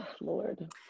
lord